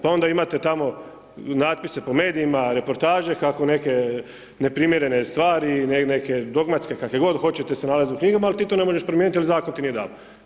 Pa onda imate tamo natpise po medijima, reportaže, kako neke neprimjerene stvari neke dogmatske, kakve god hoćete se nalaze u knjigama ali ti to ne možeš promijeniti jer zakon ti nije dao.